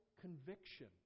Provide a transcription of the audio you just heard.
conviction